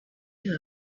you